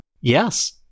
Yes